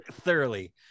thoroughly